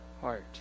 heart